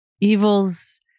evils